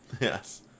Yes